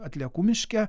atliekų miške